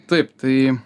taip tai